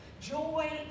Joy